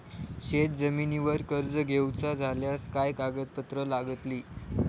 शेत जमिनीवर कर्ज घेऊचा झाल्यास काय कागदपत्र लागतली?